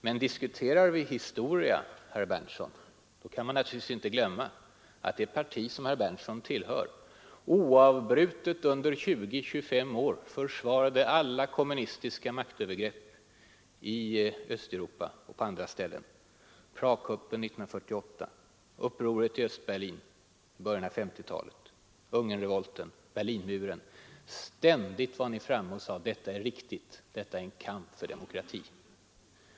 Men diskuterar vi historia, herr Berndtson, då kan man naturligtvis inte glömma att det parti som herr Berndtson tillhör oavbrutet under 20—30 år försvarat alla kommunistiska maktövergrepp i Östeuropa och på andra ställen — Pragkuppen 1948, upproret i Östberlin i början av 1950-talet, Ungernrevolten, Berlinmuren. Ständigt var ni framme och sade om förtrycket: detta är riktigt, detta är en kamp för demokrati.